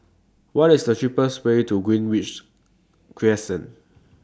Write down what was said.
What IS The cheapest Way to Greenridge Crescent